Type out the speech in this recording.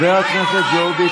לא רוצה לנהל איתך דיאלוג.